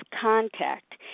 contact